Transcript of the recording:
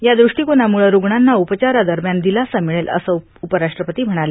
या द्र ष्टीकोनामुळं रुग्णांना उपचारादरम्यान दिलासा मिळेल असं उपराष्ट्रपती म्हणाले